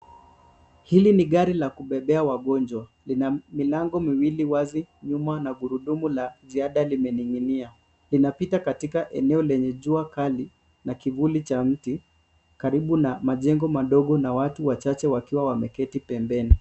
Hili ni gari la kubebea wagonjwa. Lina milango miwili wazi nyuma na gurudumu la ziada limening'inia. Linapita katika eneo lenye jua kali na kivuli cha mti karibu na majengo madogo na watu wachache wakiwa wameketi pembeni.